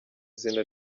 izina